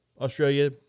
Australia